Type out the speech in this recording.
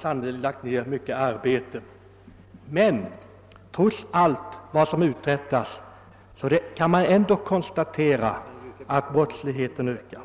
sannerligen har lagt ned ett stort arbete. Men trots allt vad som uträttas måste man konstatera att brottsligheten ökar.